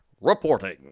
reporting